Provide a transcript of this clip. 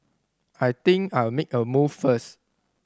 I think I'll make a move first